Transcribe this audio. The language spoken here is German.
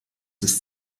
ist